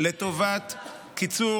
הצעת חוק העונשין (תיקון מס' 133, הוראת שעה)